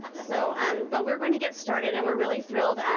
um so um but we're going to get started. and we're really thrilled.